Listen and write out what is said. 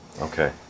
Okay